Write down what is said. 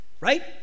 right